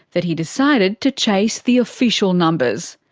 that he decided to chase the official numbers.